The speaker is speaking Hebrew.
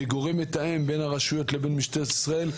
כגורם מתאם בין הרשויות לבין משטרת ישראל,